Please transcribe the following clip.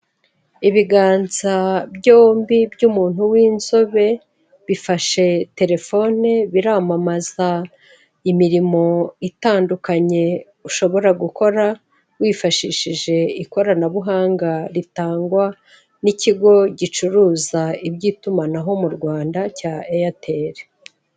Ibiganza byombi by'umuntu w'inzobe bifashe telefone bimamaza imirimo itandukanye ushobora gukora wifashishije ikoranabuhanga ritangwa n'ikigo gicuruza iby'itumanaho mu Rwanda cya airtel.